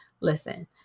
Listen